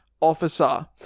officer